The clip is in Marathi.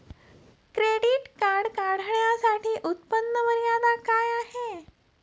क्रेडिट कार्ड काढण्यासाठी उत्पन्न मर्यादा काय आहे?